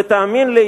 ותאמין לי,